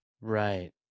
Right